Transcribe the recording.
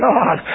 God